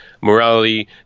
morality